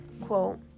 quote